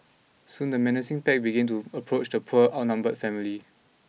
soon the menacing pack began to approach the poor outnumbered family